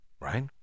Right